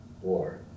war